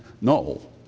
No